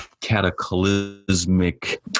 cataclysmic